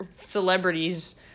celebrities